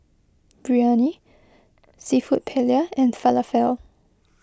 Biryani Seafood Paella and Falafel